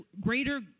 greater